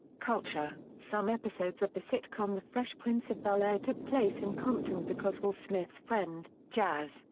culture some episodes of the sitcom the fresh prince of bel-air took place in compton because will smith's friend, jazz,